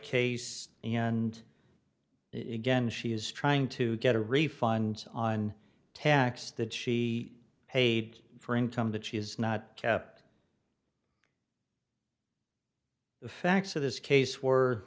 case and it again she is trying to get a refund on tax that she paid for income that she's not kept the facts of this case were